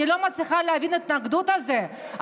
אני לא מצליחה להבין את ההתנגדות הזאת.